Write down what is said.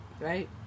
Right